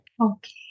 Okay